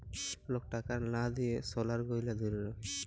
lock টাকার লা দিঁয়ে সলার গহলা ধ্যইরে রাখে